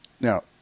Now